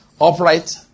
upright